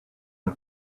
and